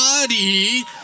body